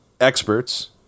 Experts